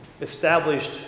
established